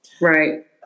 right